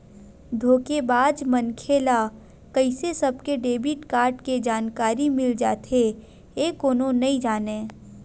धोखेबाज मनखे ल कइसे सबके डेबिट कारड के जानकारी मिल जाथे ए कोनो नइ जानय